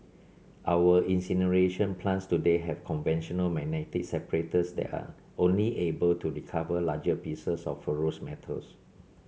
our incineration plants today have conventional magnetic separators that are only able to recover larger pieces of ferrous metals